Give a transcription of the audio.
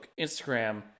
Instagram